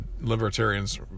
libertarians